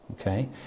okay